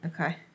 Okay